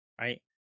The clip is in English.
right